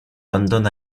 london